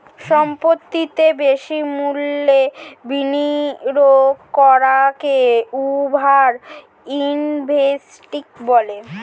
সম্পত্তিতে বেশি মূল্যের বিনিয়োগ করাকে ওভার ইনভেস্টিং বলে